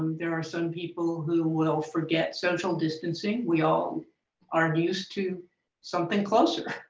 there are some people who will forget social distancing. we all are um used to something closer,